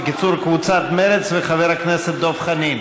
עיסאווי פריג',